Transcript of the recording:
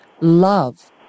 love